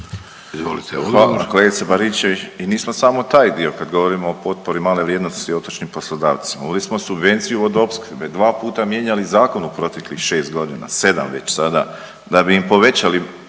Hvala kolegice Baričević. Nismo samo taj dio. Kad govorimo o potpori male vrijednosti otočnim poslodavcima uveli smo subvenciju vodoopskrbe, dva puta mijenjali zakon u proteklih 6 godina, 7 već sada da bi im povećali